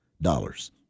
dollars